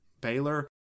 Baylor